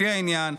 לפי העניין,